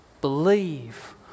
Believe